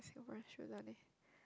Singaporean should lah they